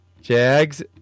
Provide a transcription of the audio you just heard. Jags